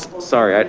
sorry.